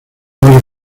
más